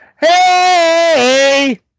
hey